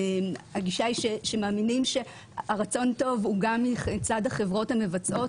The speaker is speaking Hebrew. הגישה היא שמאמינים שהרצון הטוב הוא גם מצד החברות המבצעות